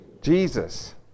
Jesus